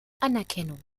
anerkennung